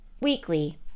weekly